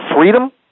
freedom